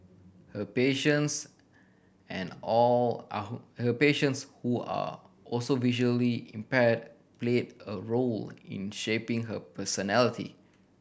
her patients and all are who her patients who are also visually impaired played a role in shaping her personality